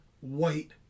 white